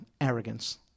arrogance